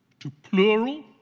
to plural